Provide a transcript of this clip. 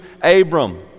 Abram